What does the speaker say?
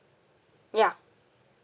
ya